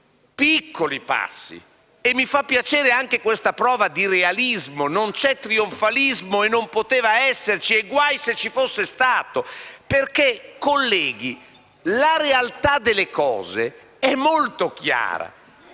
piccoli passi e mi fa piacere anche questa prova di realismo. Non c'è trionfalismo, non poteva esserci e guai se ci fosse stato. Colleghi, la realtà delle cose è molto chiara: